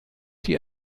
die